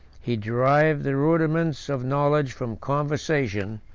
he derived the rudiments of knowledge from conversation,